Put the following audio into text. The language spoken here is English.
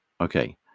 Okay